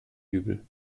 übel